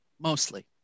Mostly